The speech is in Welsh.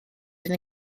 fydd